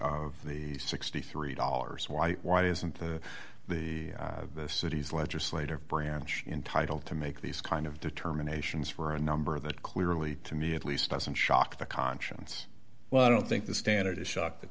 of the sixty three dollars why why isn't that the city's legislative branch entitle to make these kind of determinations for a number that clearly to me at least doesn't shock the conscience well i don't think the standard is shock the